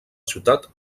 ciutat